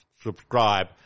subscribe